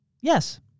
Yes